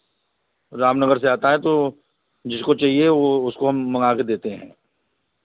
रामनगर से आता है तो जिसको चाहिए वह उसको हम मँगा कर देते हैं